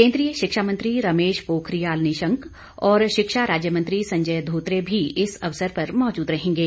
केन्द्रीय शिक्षा मंत्री रमेश पोखरियाल निशंक और शिक्षा राज्यमंत्री संजय धोत्रे भी इस अवसर पर मौजूद रहेंगे